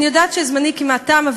אני יודעת שזמני כמעט תם,